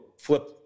flip